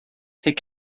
take